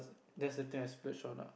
thats the thing I splurge on ah